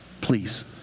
Please